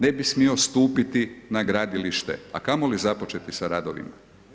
Ne bi smio stupiti na gradilište, a kamoli započeti sa radovima.